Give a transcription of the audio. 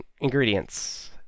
Ingredients